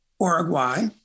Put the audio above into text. Uruguay